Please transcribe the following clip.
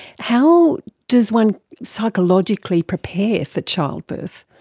how does one psychologically prepare for childbirth?